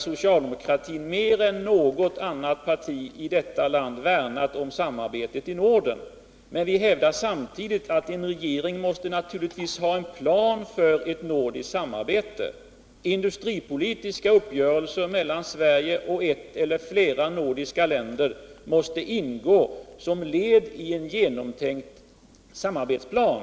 Socialdemokratin har mer än något annat parti i detta land värnat om samarbetet i Norden, men vi hävdar samtidigt att en regering naturligtvis måste ha en plan för det nordiska samarbetet. Industripolitiska uppgörelser mellan Sverige och ett eller flera andra nordiska länder måste ingå som led i en genomtänkt samarbetsplan.